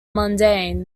mundane